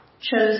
chose